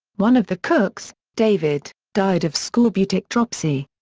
one of the cooks, david, died of scorbutic dropsy.